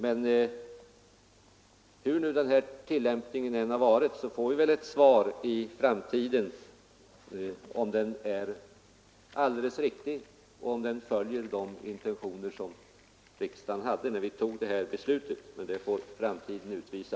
Men hur nu tillämpningen har varit — om den är alldeles riktig och om den följer de intentioner som riksdagen hade när vi tog det här beslutet — får väl framtiden utvisa.